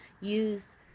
use